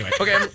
okay